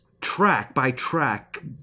track-by-track